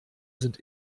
sind